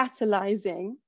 catalyzing